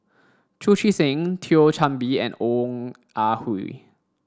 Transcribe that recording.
Chu Chee Seng Thio Chan Bee and Ong Ah Hoi